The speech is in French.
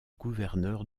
gouverneur